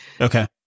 Okay